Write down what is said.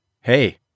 hey